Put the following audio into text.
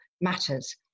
matters